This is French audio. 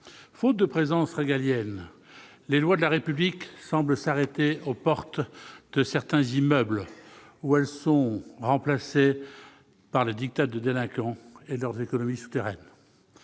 Faute de présence régalienne, les lois de République semblent s'arrêter aux portes de certains immeubles ; elles y sont remplacées par les diktats de délinquants et de leurs économies souterraines.